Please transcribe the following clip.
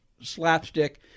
slapstick